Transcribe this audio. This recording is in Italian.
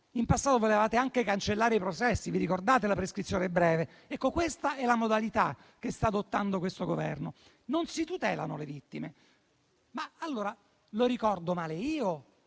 In passato volevate anche cancellare i processi. Vi ricordate la prescrizione breve? Ecco, questa è la modalità che sta adottando questo Governo. Così facendo, non si tutelano le vittime. Ricordo male io